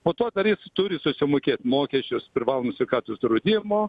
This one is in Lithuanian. po to dar jis turi sumokėt mokesčius privalomo sveikatos draudimo